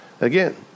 Again